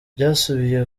byasubiye